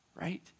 Right